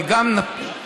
אבל אנחנו גם נפיל,